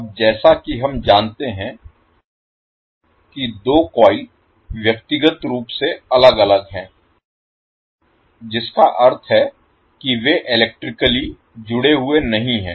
अब जैसा कि हम जानते हैं कि दो कॉइल व्यक्तिगत रूप से अलग अलग हैं जिसका अर्थ है कि वे इलेक्ट्रिकली जुड़े हुए नहीं हैं